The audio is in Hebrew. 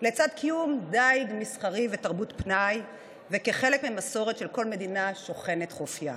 לצד קיום דיג מסחרי ותרבות פנאי וכחלק ממסורת של כל מדינה שוכנת חוף ים.